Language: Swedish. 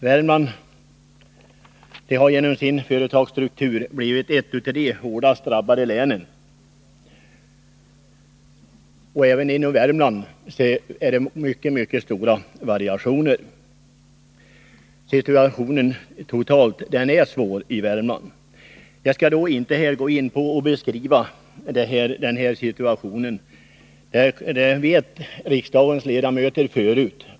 Värmland har på grund av sin företagsstruktur blivit ett av de hårdast drabbade länen, och även inom Värmland finns det mycket stora variationer. Situationen totalt är svår i Värmland. Jag skall inte här gå in på att beskriva den, för riksdagens ledamöter känner till den förut.